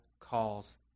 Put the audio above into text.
calls